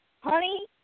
honey